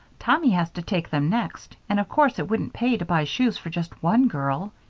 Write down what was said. tommy has to take them next, and of course it wouldn't pay to buy shoes for just one girl.